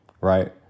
Right